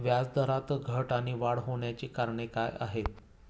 व्याजदरात घट आणि वाढ होण्याची कारणे काय आहेत?